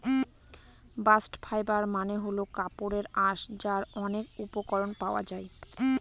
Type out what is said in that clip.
bast fibre মানে হল কাপড়ের আঁশ যার অনেক উপকরণ পাওয়া যায়